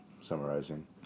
summarizing